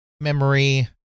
Memory